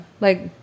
like-